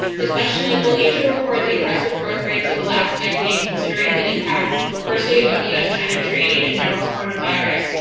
his question is will asia record the impressive growth rates of the last decade, considering the impact firstly of the u s china trade and now coronavirus?